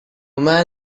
man